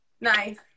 Nice